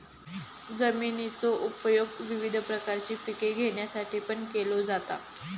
जमिनीचो उपयोग विविध प्रकारची पिके घेण्यासाठीपण केलो जाता